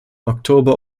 oktober